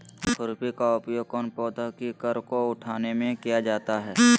खुरपी का उपयोग कौन पौधे की कर को उठाने में किया जाता है?